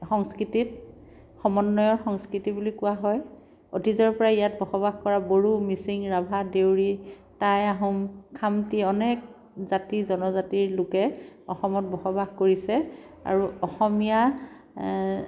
সংস্কৃতিত সমন্বয়ৰ সংস্কৃতি বুলি কোৱা হয় অতীজৰ পৰাই ইয়াত বসবাস কৰা বড়ো মিচিং ৰাভা দেউৰী টাই আহোম খামটি অনেক জাতি জনজাতিৰ লোকে অসমত বসবাস কৰিছে আৰু অসমীয়া